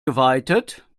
geweitet